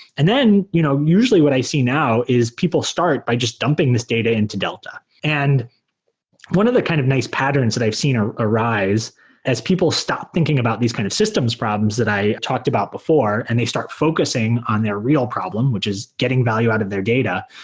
and then you know usually what i see now is people start by just dumping this data into delta, and one of the kind of nice patterns that i've seen ah arise as people stop thinking about these kind of systems problems that i talked about before and they start focusing on their real problem, which is getting value out of their data,